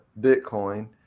Bitcoin